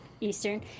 Eastern